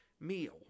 meal